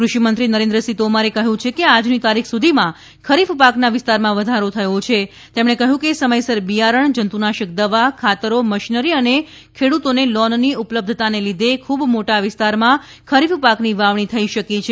ફષિમંત્રી નરેન્ક્રસિંહ તોમરે કહ્યું છે કે આજની તારખી સુધીમાં ખરીફ પાકના વિસ્તારમાં વધારો થયો છે તેમણે કહ્યું કે સમયસર બિયારણ જંતુનાશક દવા ખાતરો મશીનરી અને ખેડૂતોને લોનની ઉપલબ્ધતાને લીધે ખૂબ મોટા વિસ્તારમાં ખરીફ પાકની વાવણી થઇ શકી છે